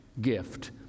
gift